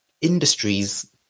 industries